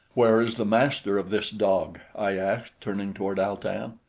where is the master of this dog? i asked, turning toward al-tan.